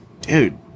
Dude